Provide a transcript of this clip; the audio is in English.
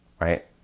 right